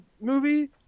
movie